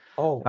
oh,